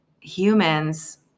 humans